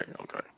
Okay